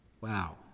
Wow